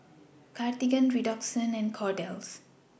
Cartigain Redoxon and Kordel's